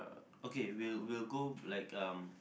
okay we'll we'll go like um